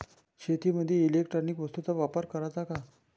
शेतीमंदी इलेक्ट्रॉनिक वस्तूचा वापर कराचा का?